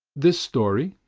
this story,